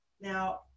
now